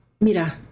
Mira